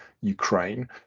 Ukraine